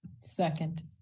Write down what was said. Second